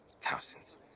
thousands